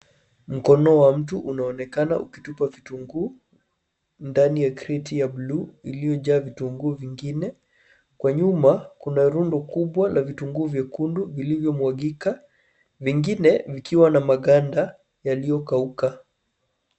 Mkono wa mtu unaonekana ukitupa vitunguu ndani ya kreti ya buluu iliojaa vitunguu vingine. Kwa nyuma kuna rundo kubwa la vitunguu vyekundu vilivyo mwagika, mengine vikiwa na maganda yaliyokauka.